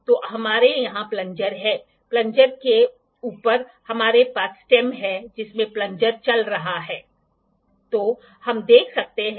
अब एक बार जब यह रेडियनस में होता है तो आप इसे वापस चला सकते हैं और इसे माइक्रोन में एक लीनियर स्केल में प्राप्त कर सकते हैं